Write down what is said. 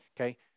Okay